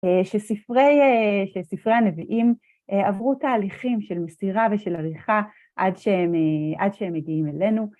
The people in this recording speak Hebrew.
שספרי הנביאים עברו תהליכים של מסירה ושל הליכה עד שהם מגיעים אלינו.